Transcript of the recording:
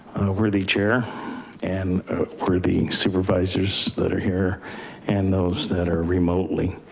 we're the chair and we're the supervisors that are here and those that are remotely.